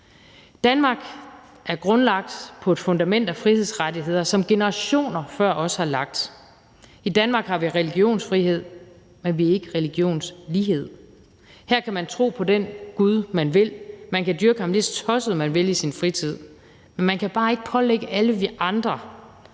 Danmark er grundlagt på et fundament af frihedsrettigheder, som generationer før os har lagt. I Danmark har vi religionsfrihed, men vi har ikke religionslighed. Her kan man tro på den gud, man vil. Man kan dyrke ham, lige så tosset man vil, i sin fritid. Man kan bare ikke pålægge alle os andre,